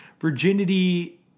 virginity